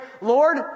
Lord